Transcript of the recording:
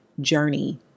journey